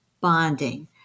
bonding